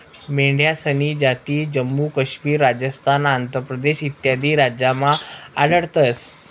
मेंढ्यासन्या जाती जम्मू काश्मीर, राजस्थान, आंध्र प्रदेश इत्यादी राज्यमा आढयतंस